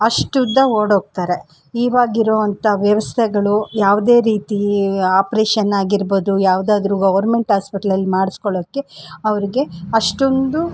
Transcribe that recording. ಅಷ್ಟುದ್ದ ಓಡೋಗ್ತಾರೆ ಇವಾಗಿರೋವಂಥ ವ್ಯವಸ್ಥೆಗಳು ಯಾವುದೇ ರೀತಿ ಆಪ್ರೇಷನ್ನಾಗಿರ್ಬೋದು ಯಾವುದಾದ್ರೂ ಗೌರ್ಮೆಂಟ್ ಆಸ್ಪೆಟ್ಲಲ್ಲಿ ಮಾಡಿಸ್ಕೊಳ್ಳೋಕೆ ಅವರಿಗೆ ಅಷ್ಟೊಂದು